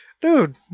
dude